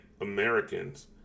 Americans